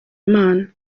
imana